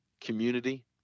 community